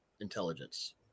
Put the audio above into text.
intelligence